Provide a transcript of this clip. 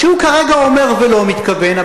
שהוא כרגע אומר ולא מתכוון,